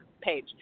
page